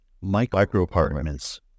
micro-apartments